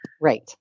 Right